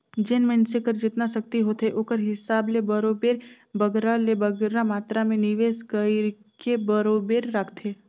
जेन मइनसे कर जेतना सक्ति होथे ओकर हिसाब ले बरोबेर बगरा ले बगरा मातरा में निवेस कइरके बरोबेर राखथे